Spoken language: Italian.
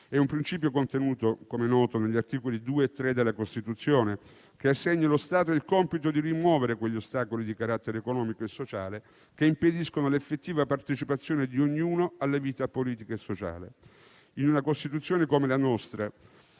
di un principio contenuto negli articoli 2 e 3 della Costituzione, che assegnano allo Stato il compito di rimuovere quegli ostacoli di carattere economico e sociale che impediscono l'effettiva partecipazione di ognuno alla vita politica e sociale. In una Costituzione come la nostra,